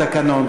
התקנון,